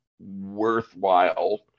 worthwhile